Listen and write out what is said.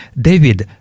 David